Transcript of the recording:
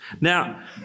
Now